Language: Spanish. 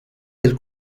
del